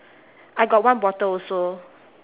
I got one bottle also